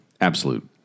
Absolute